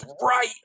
right